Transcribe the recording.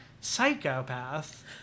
psychopath